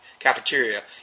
cafeteria